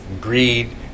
greed